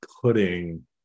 putting